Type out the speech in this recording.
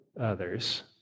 others